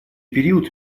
период